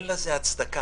אין לזה הצדקה.